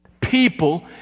people